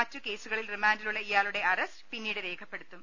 മറ്റ് കേസുകളിൽ റിമാൻഡിലുള്ള ഇയാളുടെ അറസ്റ്റ് പിന്നീട് രേഖപ്പെടുത്തും